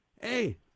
hey